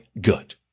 good